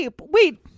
Wait